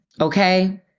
okay